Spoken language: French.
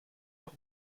leur